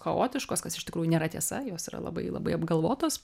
chaotiškos kas iš tikrųjų nėra tiesa jos yra labai labai apgalvotos